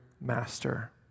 master